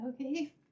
Okay